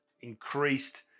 increased